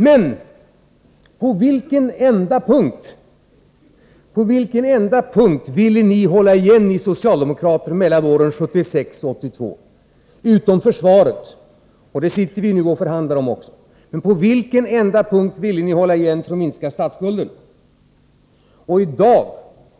Låt mig också fråga: På vilken enda punkt — utom när det gäller försvaret, och om det sitter vi också och förhandlar nu — ville ni socialdemokrater hålla igen mellan åren 1976 och 1982? På vilken enda punkt ville ni hålla igen för att minska statsskulden? I dag